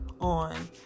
on